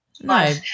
No